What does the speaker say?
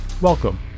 Welcome